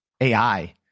AI